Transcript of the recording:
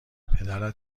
پدرت